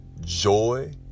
joy